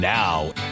now